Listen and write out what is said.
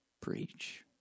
preach